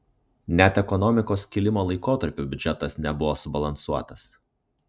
net ekonomikos kilimo laikotarpiu biudžetas nebuvo subalansuotas